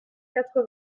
quatre